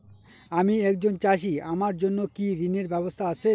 আমি একজন চাষী আমার জন্য কি ঋণের ব্যবস্থা আছে?